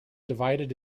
divided